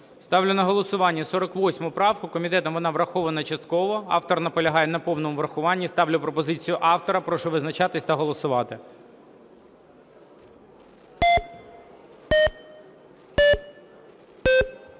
Ставлю на голосування 48 правку. Комітетом вона врахована частково. Автор наполягає на повному врахуванні. Ставлю пропозицію автора. Прошу визначатися та голосувати.